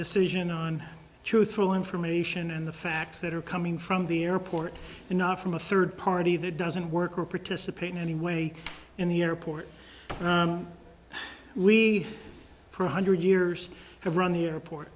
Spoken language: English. decision on truthful information and the facts that are coming from the airport and not from a third party that doesn't work or participate in any way in the airport we provided years to run the airport